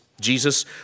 Jesus